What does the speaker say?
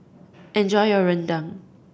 enjoy your rendang